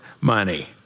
money